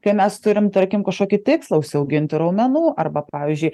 kai mes turim tarkim kažkokį tikslą užsiauginti raumenų arba pavyzdžiui